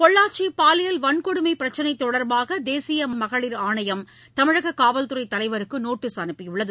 பொள்ளாச்சி பாலியல் வன்கொடுமை பிரச்சினை தொடர்பாக தேசிய மகளிர் ஆணையம் தமிழக காவல் துறை தலைவருக்கு நோட்டீஸ் அனுப்பியுள்ளது